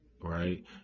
right